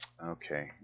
Okay